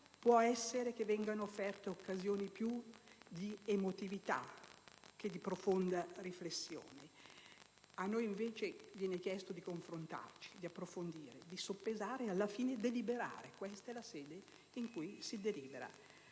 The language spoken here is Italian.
può accadere che vengano offerte occasioni più di emotività che di profonda riflessione. A noi viene chiesto, invece, di confrontarci, di approfondire, di soppesare e alla fine di deliberare. Questa è la sede in cui si delibera.